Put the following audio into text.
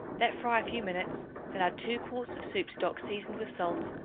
let fry a few minutes then add two quarts of soup-stock seasoned with salt,